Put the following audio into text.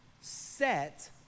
set